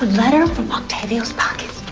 letter from octavio's pocket!